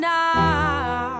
now